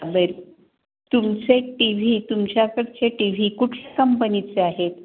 तुमचे TV तुमच्याकडचे TV कुठल्या कंपनीचे आहेत